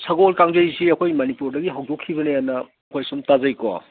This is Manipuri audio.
ꯁꯒꯣꯜ ꯀꯥꯡꯖꯩꯁꯤ ꯑꯩꯈꯣꯏ ꯃꯅꯤꯄꯨꯔꯗꯒꯤ ꯍꯧꯗꯣꯛꯈꯤꯕꯅꯦꯅ ꯑꯩꯈꯣꯏ ꯁꯨꯝ ꯇꯥꯖꯩꯀꯣ